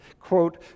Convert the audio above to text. quote